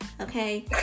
okay